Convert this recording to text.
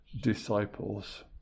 disciples